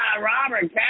Robert